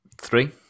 Three